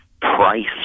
price